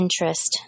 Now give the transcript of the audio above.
interest